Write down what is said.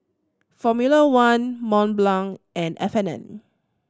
Formula One Mont Blanc and F and N